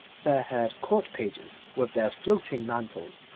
fair-haired court pages, with their floating mantles,